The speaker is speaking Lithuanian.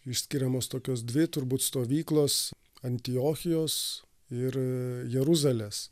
išskiriamos tokios dvi turbūt stovyklos antiochijos ir jeruzalės